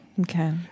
Okay